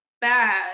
bad